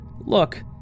look